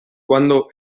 quando